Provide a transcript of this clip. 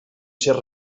ser